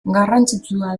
garrantzitsua